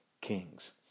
kings